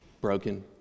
Broken